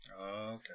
okay